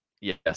yes